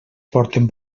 porten